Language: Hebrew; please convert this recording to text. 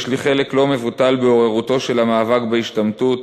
יש לי חלק לא מבוטל בעוררות המאבק בהשתמטות,